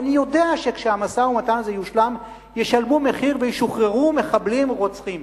ואני יודע שכשהמשא-ומתן הזה יושלם ישלמו מחיר וישוחררו מחבלים רוצחים.